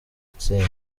tsinda